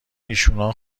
ایشونا